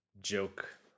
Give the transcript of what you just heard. joke